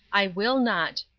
i will not.